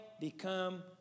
become